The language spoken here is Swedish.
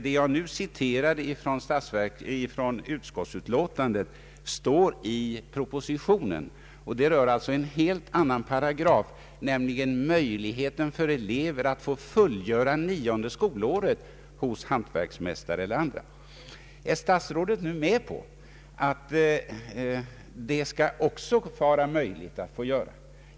Det avsnitt som jag citerade från utskottets utlåtande står också i propositionen. Här är det fråga om möjligheten för elev att fullgöra nionde skolåret hos hantverksmästare eller andra företagare. Är statsrådet nu med på att den möjligheten skall stå öppen för eleverna?